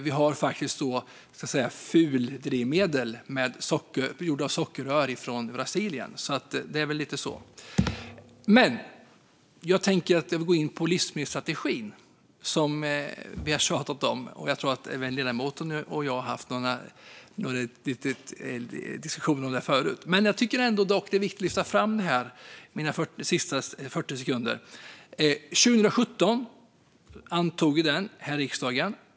Vi har faktiskt "fuldrivmedel" gjort på sockerrör från Brasilien, så det är väl lite så. Jag vill gå in på livsmedelsstrategin, som vi har tjatat om. Jag tror att ledamoten och jag har haft diskussioner om den förut, men jag tycker ändå att det är viktigt att lyfta fram detta. År 2017 antog vi livsmedelsstrategin här i riksdagen.